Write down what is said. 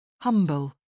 Humble